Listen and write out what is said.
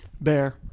Bear